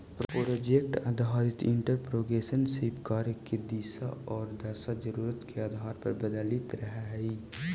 project आधारित entrepreneurship के कार्य के दिशा औउर दशा जरूरत के आधार पर बदलित रहऽ हई